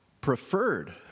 preferred